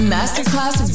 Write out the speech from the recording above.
Masterclass